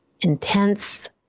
intense